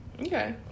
Okay